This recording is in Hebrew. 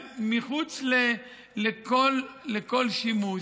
והיה מחוץ לכל שימוש,